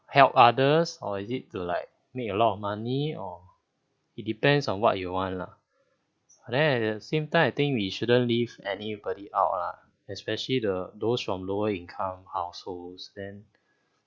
help others or is it to like make a lot of money or it depends on what you want lah but then at the same time I think we shouldn't leave anybody out lah especially the those from lower income households then